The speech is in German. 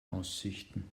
aussichten